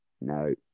no